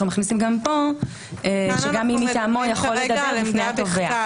מכניסים גם פה שגם מי מטעמו יכול לדבר בפני התובע.